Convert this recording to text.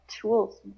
tools